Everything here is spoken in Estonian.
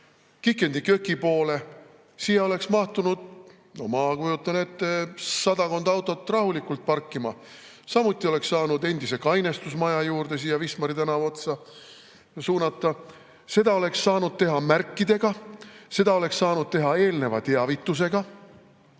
Kiek in de Köki poole. Siia oleks mahtunud, ma kujutan ette, sadakond autot rahulikult parkima. Samuti oleks saanud autod endise kainestusmaja juurde siia Wismari tänava otsa suunata. Seda oleks saanud teha märkidega, seda oleks saanud teha eelneva teavitusega